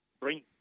bring